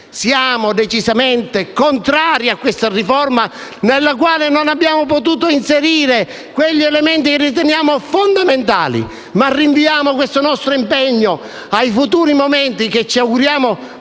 siamo decisamente contrari a questo disegno di legge, nel quale non abbiamo potuto inserire gli elementi che riteniamo fondamentali e rinviamo questo nostro impegno ai futuri momenti, che ci auguriamo possano